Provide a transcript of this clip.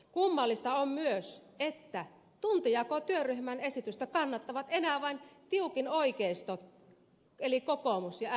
kummallista on myös että tuntijakotyöryhmän esitystä kannattavat enää vain tiukin oikeisto eli kokoomus ja rkp